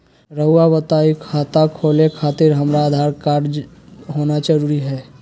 रउआ बताई खाता खोले खातिर हमरा आधार कार्ड होना जरूरी है?